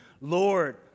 Lord